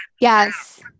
Yes